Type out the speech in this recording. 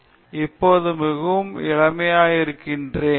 சங்கரன் நான் இப்போதும் மிகவும் இளமையாக இருக்கிறேன்